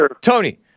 Tony